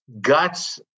guts